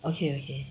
okay okay